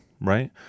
right